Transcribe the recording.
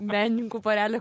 menininkų porelę